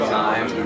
time